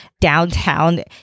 downtown